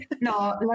No